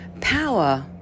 Power